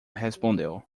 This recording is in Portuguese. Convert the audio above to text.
respondeu